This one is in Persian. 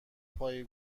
پایه